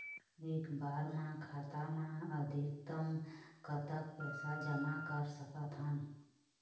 एक बार मा खाता मा अधिकतम कतक पैसा जमा कर सकथन?